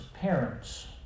parents